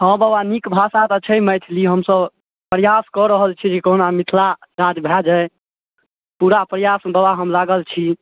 हाँ बबा नीक भाषा तऽ छै मैथिली हमसब प्रयास कऽ रहल छी जे कहुना मिथिला राज्य भऽ जाइ पूरा प्रयासमे बबा हम लागल छी